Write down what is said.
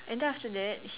and then after that